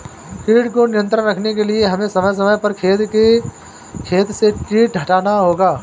कीट को नियंत्रण रखने के लिए हमें समय समय पर खेत से कीट हटाना होगा